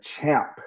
champ